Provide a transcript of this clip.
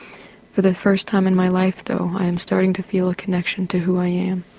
for the first time in my life though i'm starting to feel a connection to who i am.